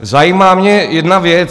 Zajímá mě jedna věc.